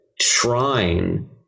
shrine